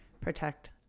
protect